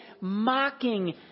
mocking